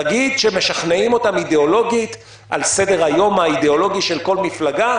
נגיד שמשכנעים אותם אידיאולוגית על סדר-היום האידיאולוגי של כל מפלגה,